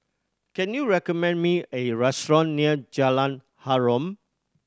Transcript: can you recommend me A restaurant near Jalan Harum